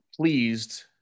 pleased